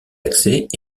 accès